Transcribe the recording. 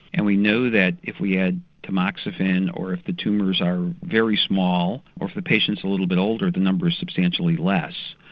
and we know that if we add tamoxifen or if the tumours are very small, or if the patient is a little bit older the number is substantially less.